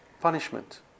punishment